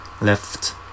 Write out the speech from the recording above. left